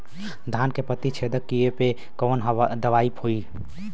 धान के पत्ती छेदक कियेपे कवन दवाई होई?